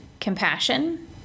compassion